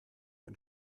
ein